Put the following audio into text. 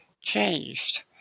changed